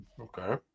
Okay